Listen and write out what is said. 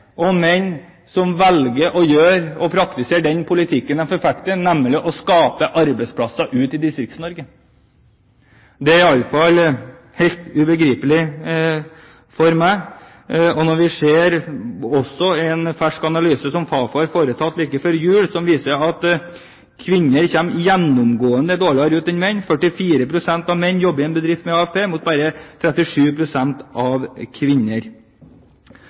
og menn som velger å praktisere den politikken disse partiene forfekter, nemlig å skape arbeidsplasser ute i Distrikts-Norge? Det er iallfall helt ubegripelig for meg, også når vi i en fersk analyse som Fafo foretok like før jul, ser at kvinner gjennomgående kommer dårligere ut enn menn. 44 pst. av mennene jobber i en bedrift med AFP, mot bare 37 pst. av